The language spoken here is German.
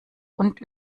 und